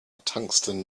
tungsten